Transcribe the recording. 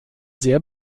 sehr